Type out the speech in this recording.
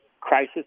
crisis